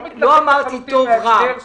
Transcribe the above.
לא אמרתי טוב ורע.